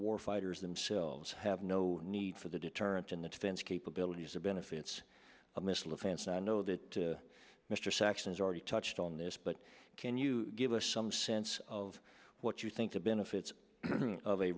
war fighters themselves have no need for the deterrent in the defense capabilities the benefits of missile defense i know that mr sections already touched on this but can you give us some sense of what you think the benefits of a